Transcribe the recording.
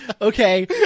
Okay